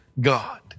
God